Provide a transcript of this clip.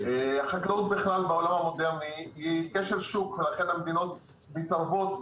החקלאות בעולם המודרני היא כשל שוק ולכן המדינות מתערבות.